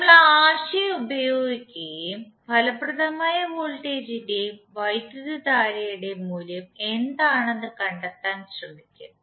നമ്മൾ ആ ആശയം ഉപയോഗിക്കുകയും ഫലപ്രദമായ വോൾട്ടേജിന്റെയും വൈദ്യുതധാരയുടെയും മൂല്യം എന്താണെന്ന് കണ്ടെത്താൻ ശ്രമിക്കും